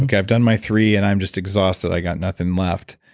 i've done my three and i'm just exhausted, i got nothing left.